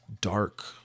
dark